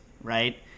right